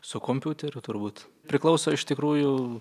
su kompiuteriu turbūt priklauso iš tikrųjų